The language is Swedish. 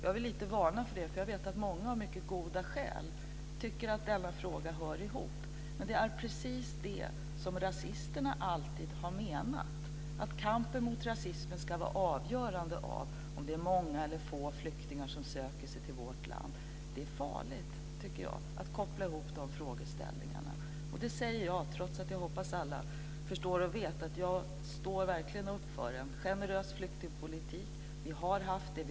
Jag vill varna för det, för jag vet att många av mycket goda skäl tycker att dessa frågor hör ihop. Men det är precis det som rasisterna alltid har menat, dvs. att kampen mot rasismen ska vara beroende av om det är många eller få flyktingar som söker sig till vårt land. Det är farligt, tycker jag, att koppla ihop de frågeställningarna. Det säger jag, men jag hoppas att alla förstår och vet att jag verkligen står upp för en generös flyktingpolitik. Vi har haft det.